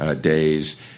days